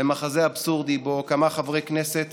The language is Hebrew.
למחזה אבסורדי שבו כמה חברי כנסת